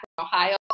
Ohio